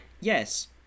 Yes